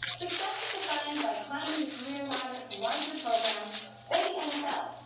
success is defined by climbing the career ladder to larger programs or the nfl.